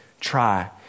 try